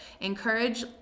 Encourage